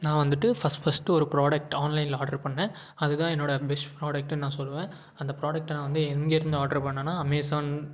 நான் வந்துட்டு first first ஒரு ப்ராடக்ட் ஆன்லைனில் ஆட்ரு பண்ணிணேன் அதுதான் என்னோடய பெஸ்ட் ப்ராடக்ட்னு நான் சொல்வேன் அந்த ப்ராடக்ட்டை நான் வந்து எங்கேருந்து ஆட்ரு பண்ணிணன்னா அமேஸான்